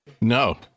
no